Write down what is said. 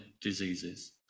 diseases